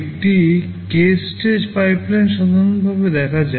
একটি k stage pipeline সাধারণভাবে দেখায়